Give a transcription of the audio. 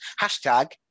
Hashtag